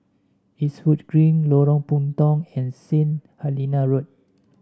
Eastwood Green Lorong Puntong and Saint Helena Road